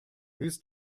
whose